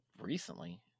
recently